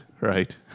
right